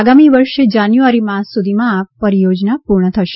આગામી વર્ષે જાન્યુઆરી માસ સુધીમાં આ પરિયોજના પૂર્ણ થશે